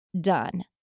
done